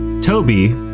Toby